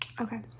okay